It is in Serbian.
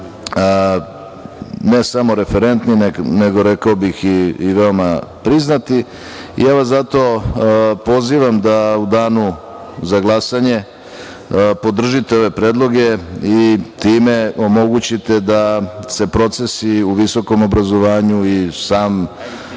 ne samo referentni, nego rekao bih i veoma priznati. Ja vas zato pozivam da u danu za glasanje podržite ove predloge i time omogućite da se procesi u visokom obrazovanju i samo